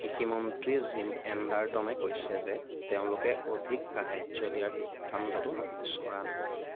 কৃষি মন্ত্ৰী জিম এণ্ডাৰটনে কৈছে যে তেওঁলোকে অধিক সাহায্য দিয়াৰ সিদ্ধান্তটো নাকচ কৰা নাই